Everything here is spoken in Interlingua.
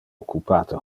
occupate